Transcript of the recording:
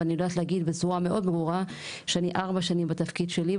אבל אני יודעת להגיד בצורה מאוד ברורה שאני ארבע שנים בתפקיד שלי.